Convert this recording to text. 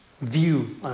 view